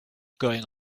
going